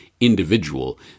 individual